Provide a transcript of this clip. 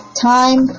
Time